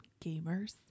gamers